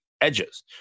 edges